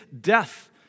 death